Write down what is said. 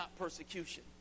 persecution